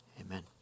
Amen